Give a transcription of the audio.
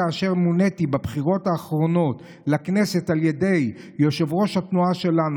כאשר מוניתי בבחירות האחרונות לכנסת על ידי יושב-ראש התנועה שלנו,